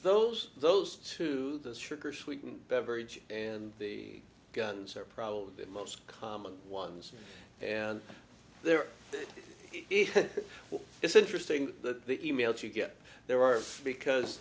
those those two those sugar sweetened beverage and the guns are probably the most common ones and there is it's interesting that the emails you get there are because